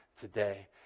today